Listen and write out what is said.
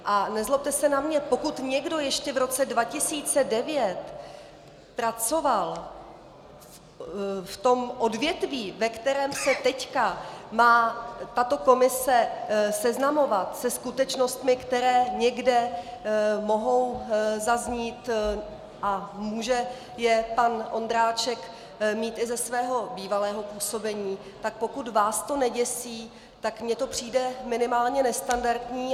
A nezlobte se na mě, pokud někdo ještě v roce 2009 pracoval v tom odvětví, ve kterém se teď má tato komise seznamovat se skutečnostmi, které někde mohou zaznít ,a může je pan Ondráček mít i ze svého bývalého působení, tak pokud vás to neděsí, tak mně to přijde minimálně nestandardní.